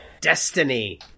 Destiny